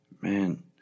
man